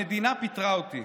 המדינה פיטרה אותי.